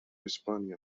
أسبانيا